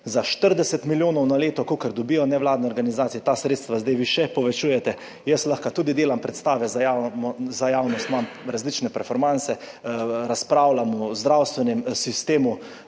Za 40 milijonov na leto, kolikor dobijo nevladne organizacije, ta sredstva zdaj vi še povečujete. Jaz lahko tudi delam predstave za javnost, imam različne performanse, razpravljam o zdravstvenem sistemu,